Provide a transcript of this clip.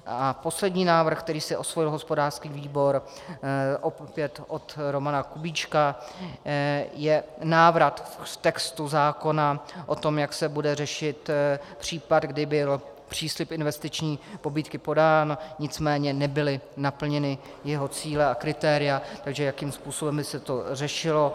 A poslední návrh, který si osvojil hospodářský výbor, opět od Romana Kubíčka, je návrat k textu zákona o tom, jak se bude řešit případ, kdy byl příslib investiční pobídky podán, nicméně nebyly naplněny jeho cíle a kritéria, takže jakým způsobem by se to řešilo.